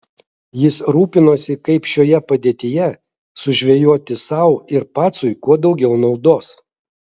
jis rūpinosi kaip šioje padėtyje sužvejoti sau ir pacui kuo daugiau naudos